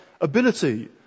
ability